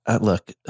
look